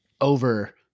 Over